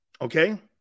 Okay